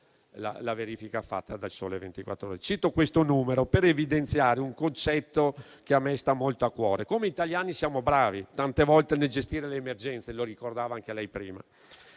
la verifica fatta da «Il Sole 24 Ore». Cito questo numero per evidenziare un concetto che a me sta molto a cuore. Noi italiani siamo bravi nel gestire le emergenze, come ricordava anche lei prima.